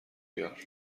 بیار